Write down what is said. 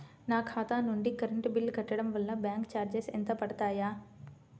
నా ఖాతా నుండి కరెంట్ బిల్ కట్టడం వలన బ్యాంకు చార్జెస్ ఎంత పడతాయా?